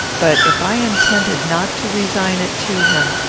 but, if i intended not to resign it to him,